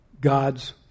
God's